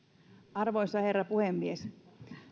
arvoisa herra puhemies